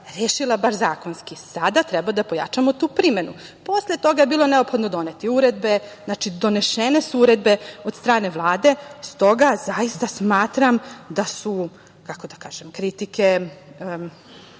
rešila bar zakonski. Sada treba da pojačamo tu primenu. Posle toga je bilo neophodno doneti uredbe, znači donesene su uredbe od strane Vlade, s toga zaista smatram da su, kako da kažem, kritike,